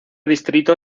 distrito